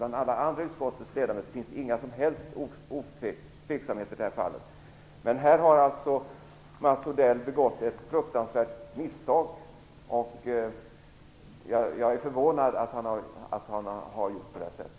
Bland de andra ledamöterna i utskottet finns inga som helst tveksamheter i detta fall. Här har alltså Mats Odell begått ett fruktansvärt misstag. Jag är förvånad över att han har gjort på detta sätt.